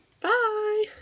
Bye